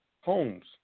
Homes